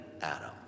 Adam